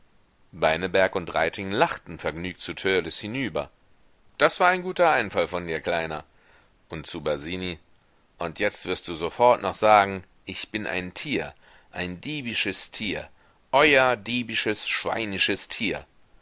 dieb beineberg und reiting lachten vergnügt zu törleß hinüber das war ein guter einfall von dir kleiner und zu basini und jetzt wirst du sofort noch sagen ich bin ein tier ein diebisches tier euer diebisches schweinisches tier